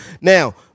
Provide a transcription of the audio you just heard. Now